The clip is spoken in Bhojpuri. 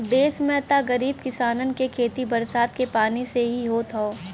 देस में त गरीब किसानन के खेती बरसात के पानी से ही होत हौ